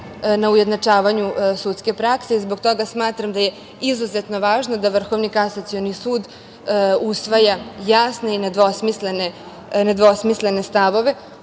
na ujednačavanju sudske prakse. Zbog toga smatram da je izuzetno važno da Vrhovni kasacioni sud usvaja jasne i nedvosmislene stavove